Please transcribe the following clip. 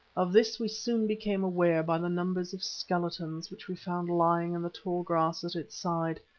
of this we soon became aware by the numbers of skeletons which we found lying in the tall grass at its side,